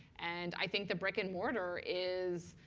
and i think the brick and mortar is